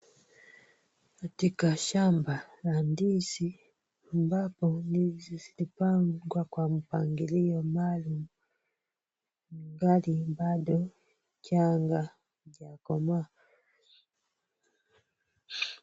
Katika shamba la ndizi ambapo ndizi zilipandwa kwa mpangilio nayo ingali bado changa haijakomaa.